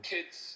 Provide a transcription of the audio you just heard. Kids